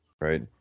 right